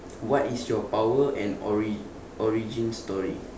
what is your power and ori~ origin story